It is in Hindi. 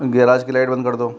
गैराज की लाइट बंद कर दो